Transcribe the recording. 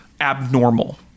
abnormal